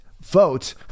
vote